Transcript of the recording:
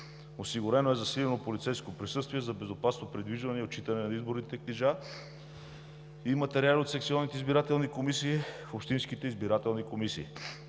Осигурено е засилено полицейско присъствие за безопасно придвижване и отчитане на изборните книжа и материали от секционните избирателни комисии, общинските избирателни комисии.